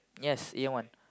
yes A one